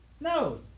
No